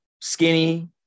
skinny